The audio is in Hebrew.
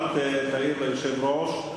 אל תעיר הערות ליושב-ראש,